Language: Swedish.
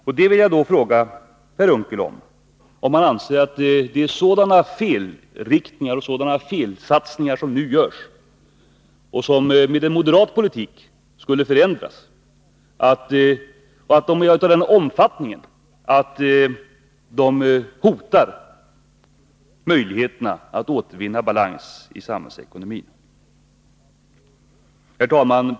Jag vill fråga Per Unckel om han anser att sådana felsatsningar nu görs — och som med moderat politik skulle förändras — och som är av en sådan omfattning att de hotar möjligheterna att återvinna balans i samhällsekonomin. Herr talman!